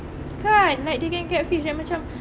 kan like they can catfish macam